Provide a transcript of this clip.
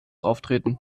auftreten